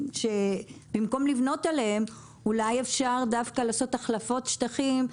האם יש מחשבות במקום לבנות עליהן אולי אפשר דווקא לעשות החלפות שטחים,